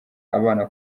abana